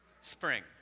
spring